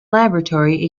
laboratory